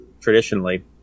traditionally